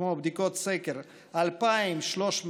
כמו בדיקות סקר, 2,316,